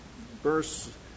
verse